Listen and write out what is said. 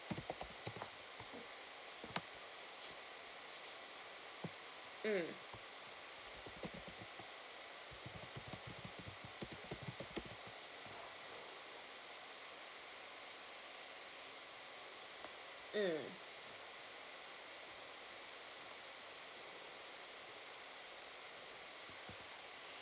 mm mm